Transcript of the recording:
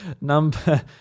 Number